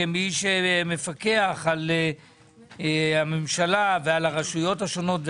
כמי שמפקח על הממשלה ועל הרשויות השונות,